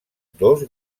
dos